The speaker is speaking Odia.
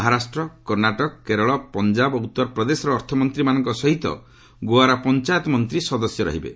ମହାରାଷ୍ଟ୍ର କର୍ଣ୍ଣାଟକ କେରଳ ପଞ୍ଜାବ ଓ ଉତ୍ତରପ୍ରଦେଶର ଅର୍ଥମନ୍ତ୍ରୀମାନଙ୍କ ସହିତ ଗୋଆର ପଞ୍ଚାୟତ ମନ୍ତ୍ରୀ ସଦସ୍ୟ ରହିବେ